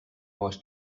was